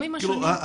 תראו,